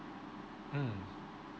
mm